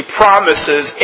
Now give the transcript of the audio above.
promises